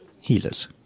healers